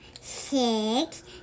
six